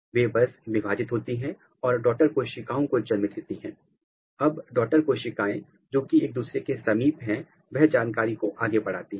वे बस विभाजित होती हैं और डॉटर कोशिकाओं को जन्म देती हैं अब डॉटर कोशिकाएं जो कि एक दूसरे के समीप हैं वह जानकारी को आगे बढ़ाती हैं